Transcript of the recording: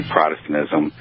Protestantism